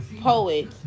poet